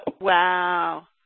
Wow